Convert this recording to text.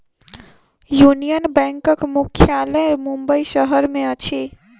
union बैंकक मुख्यालय मुंबई शहर में अछि